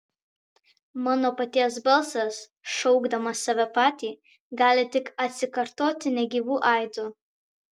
mano paties balsas šaukdamas save patį gali tik atsikartoti negyvu aidu